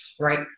right